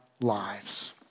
lives